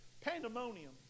pandemonium